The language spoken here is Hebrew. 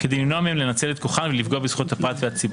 כדי למנוע מהן לנצל את כוחן ולפגוע בזכויות הפרט והציבור.